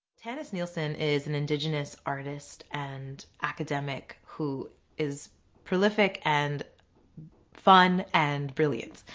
tannis nielsen is an indigenous artist and academic who is prolific and fun and brilliant.